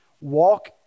walk